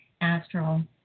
astral